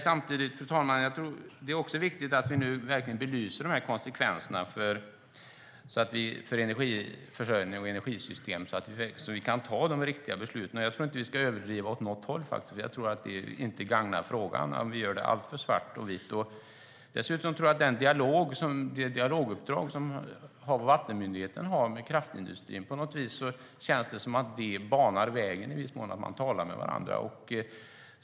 Samtidigt, fru talman, är det viktigt att vi nu verkligen belyser konsekvenserna för energiförsörjning och energisystem så att vi kan fatta de riktiga besluten. Men jag tror inte att vi ska överdriva åt något håll, för det gagnar inte frågan om vi gör det hela alltför svart eller vitt. Dessutom känns det på något vis som att det dialoguppdrag som Vattenmyndigheten har med kraftindustrin i viss mån banar vägen när det gäller att tala med varandra.